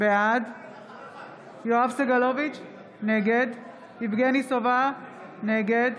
בעד יואב סגלוביץ' נגד יבגני סובה, נגד